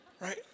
right